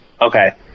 Okay